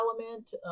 element